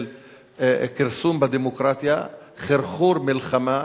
של כרסום בדמוקרטיה, חרחור מלחמה,